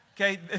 Okay